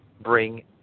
bring